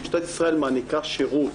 משטרת ישראל מעניקה שירות